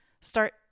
start